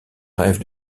rêve